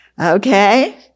Okay